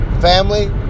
family